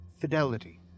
fidelity